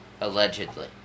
Allegedly